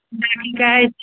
अहाँ कि कहै छियै